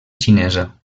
xinesa